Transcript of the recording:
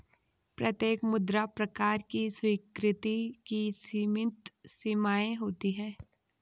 प्रत्येक मुद्रा प्रकार की स्वीकृति की सीमित सीमाएँ होती हैं